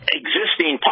existing